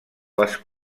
les